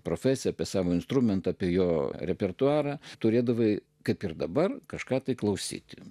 profesiją apie savo instrumentą apie jo repertuarą turėdavai kaip ir dabar kažką tai klausyki